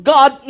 God